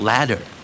Ladder